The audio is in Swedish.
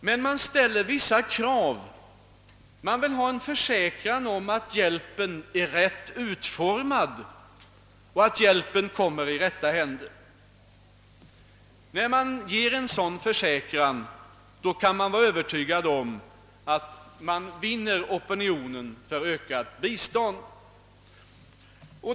Men man ställer vissa krav: man vill ha en försäkran om att hjälpen är riktigt utformad och kommer i rätta händer. När vi ger en sådan försäkran kan vi vara Övertygade om att vi vinner opinionen för ökat bistånd.